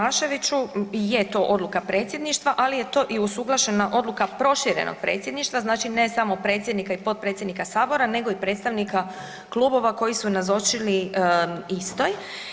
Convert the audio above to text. Kolega Tomaševiću je to odluka Predsjedništva, ali je to i usuglašena odluka proširenog Predsjedništva, znači ne samo predsjednika i potpredsjednika sabora nego i predstavnika klubova koji su nazočili istoj.